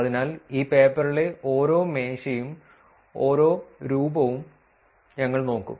അതിനാൽ ഈ പേപ്പറിലെ ഓരോ മേശയും ഓരോ രൂപവും ഞങ്ങൾ നോക്കും